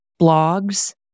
blogs